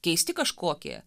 keisti kažkokie